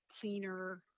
cleaner